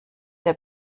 der